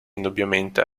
indubbiamente